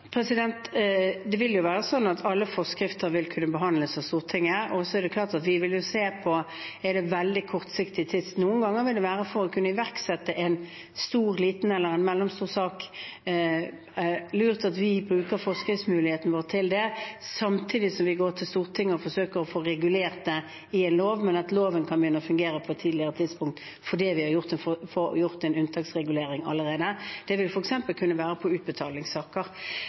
hvis det er forsvarlig og mulig, skal fortsatt også små saker til Stortinget. Det vil være sånn at alle forskrifter vil kunne behandles av Stortinget. Så vil vi se på om det er veldig kort tid. Noen ganger vil det, for å kunne iverksette en stor, liten eller mellomstor sak, være lurt å bruke forskriftsmuligheten vår til det samtidig som vi går til Stortinget og forsøker å få regulert det i en lov, men at loven kan begynne å fungere på et tidligere tidspunkt fordi vi har gjort en unntaksregulering allerede. Det vil kunne gjelde i f.eks. utbetalingssaker. Jeg er helt sikker på